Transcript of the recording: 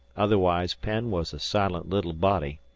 otherwise penn was a silent little body.